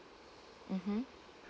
mmhmm